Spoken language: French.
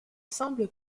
semble